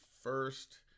first